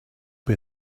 pay